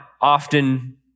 often